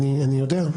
אני יודע.